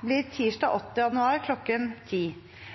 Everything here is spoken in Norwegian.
blir tirsdag 8. januar kl. 10.